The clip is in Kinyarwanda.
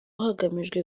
hagamijwe